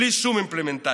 בלי שום אימפלמנטציה.